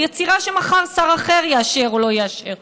יצירה שמחר שר אחר יאשר או לא יאשר.